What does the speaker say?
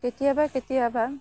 কেতিয়াবা কেতিয়াবা